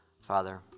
Father